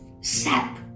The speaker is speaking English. sap